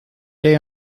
day